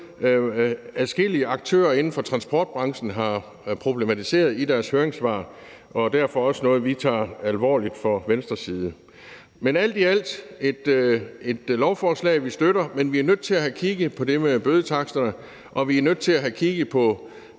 adskillige aktører inden for transportbranchen har problematiseret i deres høringssvar, og derfor også noget, som vi tager alvorligt fra Venstres side. Men alt i alt er det et lovforslag, vi støtter. Men vi er nødt til at have kigget på det med bødetaksterne, og vi er nødt til at have kigget på